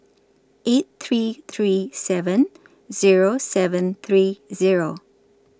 eight three three seven Zero seven three Zero